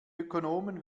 ökonomen